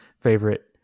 favorite